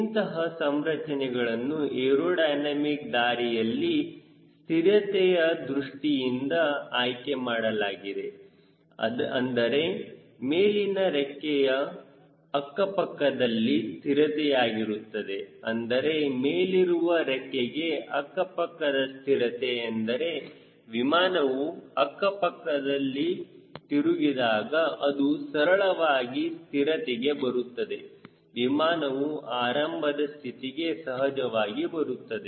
ಇಂತಹ ಸಂರಚನೆಗಳನ್ನು ಏರೋಡೈನಮಿಕ್ ದಾರಿಯಲ್ಲಿ ಸ್ಥಿರತೆಯ ದೃಷ್ಟಿಯಿಂದ ಆಯ್ಕೆಮಾಡಲಾಗಿದೆ ಅಂದರೆ ಮೇಲಿನ ರೆಕ್ಕೆಯು ಅಕ್ಕಪಕ್ಕದಲ್ಲಿ ಸ್ಥಿರತೆಯಾಗಿರುತ್ತದೆ ಅಂದರೆ ಮೇಲಿರುವ ರೆಕ್ಕೆಗೆ ಅಕ್ಕಪಕ್ಕದ ಸ್ಥಿರತೆ ಎಂದರೆ ವಿಮಾನವು ಅಕ್ಕಪಕ್ಕದಲ್ಲಿ ತಿರುಗಿದಾಗ ಅದು ಸರಳವಾಗಿ ಸ್ಥಿರತೆಗೆ ಬರುತ್ತದೆ ವಿಮಾನವು ಆರಂಭದ ಸ್ಥಿತಿಗೆ ಸಹಜವಾಗಿ ಬರುತ್ತದೆ